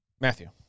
Matthew